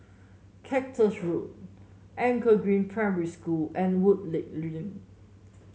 Cactus Road Anchor Green Primary School and Woodleigh Link